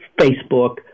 Facebook